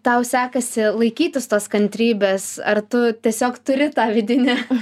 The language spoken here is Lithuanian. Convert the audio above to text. tau sekasi laikytis tos kantrybės ar tu tiesiog turi tą vidinę